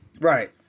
Right